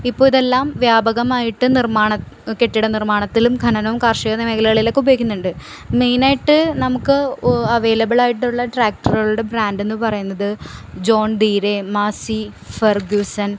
ഇപ്പോള് ഇതെല്ലാം വ്യാപകമായിട്ടും നിർമാണ കെട്ടിട നിർമാണത്തിലും ഖനനം കാർഷികം എന്നീ മേഖലകളിലൊക്കെ ഉപയോഗിക്കുന്നുണ്ട് മെയിനായിട്ട് നമുക്ക് അവെയ്ലബിളായിട്ടുള്ള ട്രാക്ടറുകളുടെ ബ്രാൻഡെന്ന് പറയുന്നത് ജോൺ ദീരേ മാസി ഫർഗൂസൺ